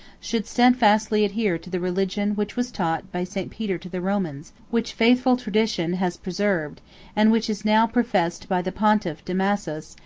should steadfastly adhere to the religion which was taught by st. peter to the romans which faithful tradition has preserved and which is now professed by the pontiff damasus,